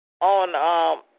on